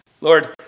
Lord